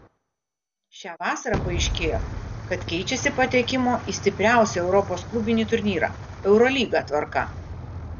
šią vasarą paaiškėjo kad keičiasi patekimo į stipriausią europos klubinį turnyrą eurolygą tvarka